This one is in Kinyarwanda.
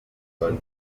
bazira